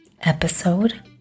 episode